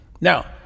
Now